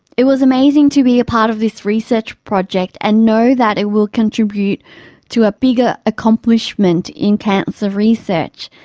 it was amazing to be a part of this research project and know that it will contribute to a bigger accomplishment in cancer research.